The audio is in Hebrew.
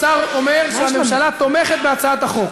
השר אומר שהממשלה תומכת בהצעת החוק.